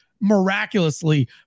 miraculously